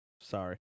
Sorry